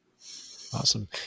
Awesome